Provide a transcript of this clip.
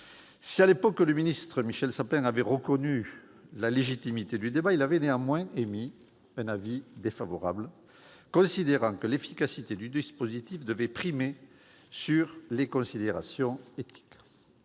infractions fiscales. S'il avait reconnu la légitimité du débat, Michel Sapin avait néanmoins émis un avis défavorable, considérant que l'efficacité du dispositif devait primer sur les considérations éthiques.